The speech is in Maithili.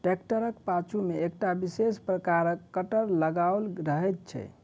ट्रेक्टरक पाछू मे एकटा विशेष प्रकारक कटर लगाओल रहैत छै